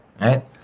Right